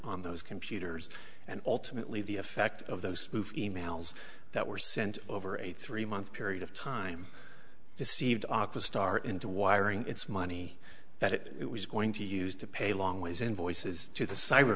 on those computers and ultimately the effect of those movie mails that were sent over a three month period of time deceived aqua star into wiring it's money that it was going to use to pay longways invoices to the cyber